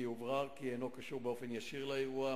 כי הוברר כי אינו קשור באופן ישיר לאירוע.